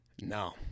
No